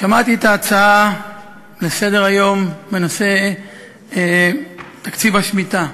שמעתי את ההצעה לסדר-היום בנושא תקציב השמיטה.